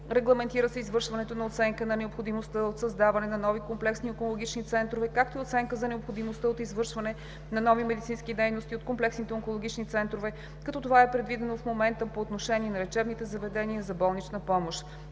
Регламентира се извършването на оценка на необходимостта от създаване на нови комплексни онкологични центрове, както и оценка за необходимостта от извършване на нови медицински дейности от комплексните онкологични центрове, като това е предвидено в момента по отношение на лечебните заведения за болнична помощ.